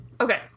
Okay